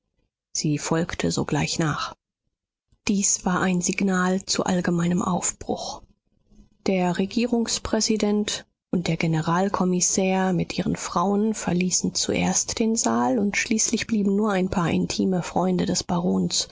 sie folgte sogleich nach dies war ein signal zu allgemeinem aufbruch der regierungspräsident und der generalkommissär mit ihren frauen verließen zuerst den saal und schließlich blieben nur ein paar intime freunde des barons